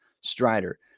Strider